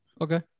okay